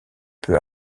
peu